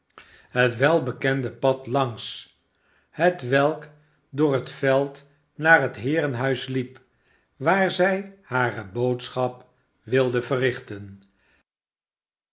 het welbekende pad langs hetwelk door het veld naar het heerenhuis liep waar zij hare boodschap wilde verrichten